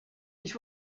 ich